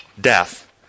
death